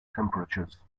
temperatures